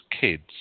kids